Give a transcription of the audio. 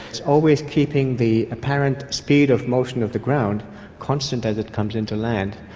it's always keeping the apparent speed of motion of the ground constant as it comes in to land.